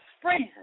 friends